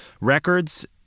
Records